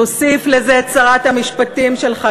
תוסיף לזה את שרת המשפטים שלך,